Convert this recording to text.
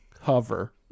hover